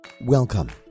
Welcome